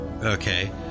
Okay